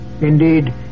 Indeed